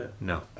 No